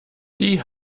die